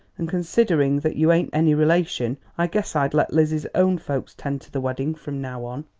and considering that you ain't any relation i guess i'd let lizzie's own folks tend to the wedding from now on.